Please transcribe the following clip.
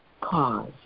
cause